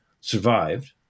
survived